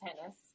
tennis